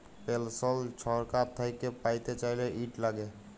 পেলসল ছরকার থ্যাইকে প্যাইতে চাইলে, ইট ল্যাগে